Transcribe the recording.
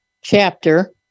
chapter